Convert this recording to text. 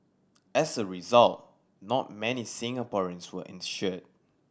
as a result not many Singaporeans were insured